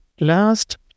last